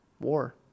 war